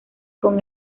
con